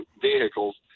vehicles